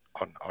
on